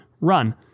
run